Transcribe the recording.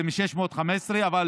זה מ-615,000,